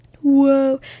Whoa